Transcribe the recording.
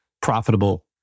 profitable